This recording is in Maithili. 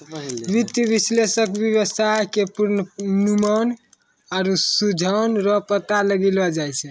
वित्तीय विश्लेषक वेवसाय के पूर्वानुमान आरु रुझान रो पता लगैलो जाय छै